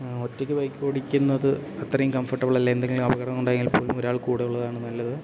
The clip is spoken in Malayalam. ഒറ്റയ്ക്ക് ബൈക്ക് ഓടിക്കുന്നത് അത്രയും കംഫർട്ടബിളല്ല എന്തെങ്കിലും അപകടം ഉണ്ടെങ്കിൽ പോലും ഒരാൾ കൂടെയുള്ളതാണ് നല്ലത്